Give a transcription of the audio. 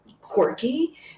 quirky